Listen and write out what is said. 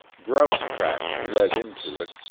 grouse tracks led into it,